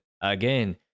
again